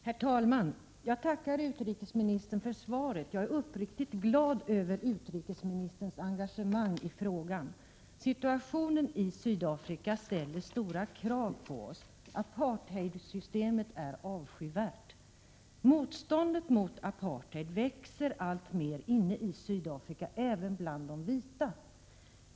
Herr talman! Jag tackar utrikesministern för svaret. Jag är uppriktigt glad över utrikesministerns engagemang i frågan. Situationen i Sydafrika ställer stora krav på oss. Apartheidsystemet är avskyvärt. Motståndet mot apartheid växer alltmer inne i Sydafrika, även bland de vita.